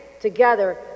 together